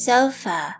Sofa